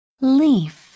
Leaf